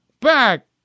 Back